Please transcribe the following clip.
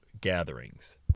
gatherings